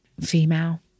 Female